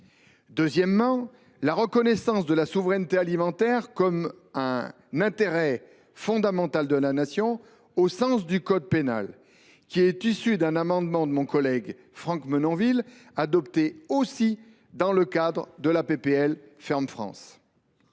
avancée est la reconnaissance de la souveraineté alimentaire comme intérêt fondamental de la Nation au sens du code pénal, qui est issue d’un amendement de mon collègue Franck Menonville également adopté dans le cadre de la proposition